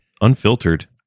Unfiltered